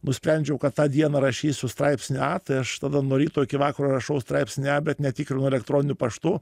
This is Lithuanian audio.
nusprendžiau kad tą dieną rašysiu straipsnį a tai aš tada nuo ryto iki vakaro rašau straipsnį a bet netikrinu elektroniniu paštu